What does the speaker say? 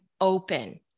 open